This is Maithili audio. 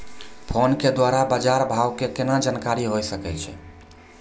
फोन के द्वारा बाज़ार भाव के केना जानकारी होय सकै छौ?